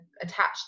attached